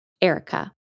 Erica